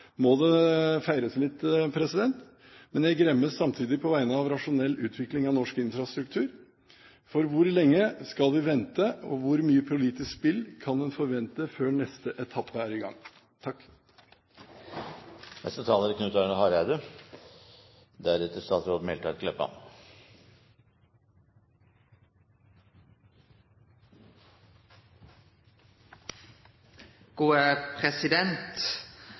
må det feires litt. Men jeg gremmes samtidig på vegne av rasjonell utvikling av norsk infrastruktur. For: Hvor lenge skal vi vente, og hvor mye politisk spill kan en forvente før neste etappe er i gang?